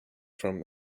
from